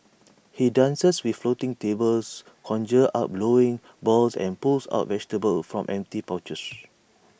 he dances with floating tables conjures up bowling balls and pulls out vegetables from empty pouches